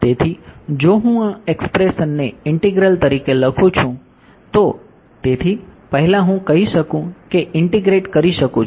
તેથી પહેલા હું કહી શકું કે હું ઇન્ટીગ્રેટ કરી શકું છું